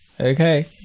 Okay